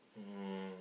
um